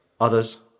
others